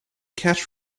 catch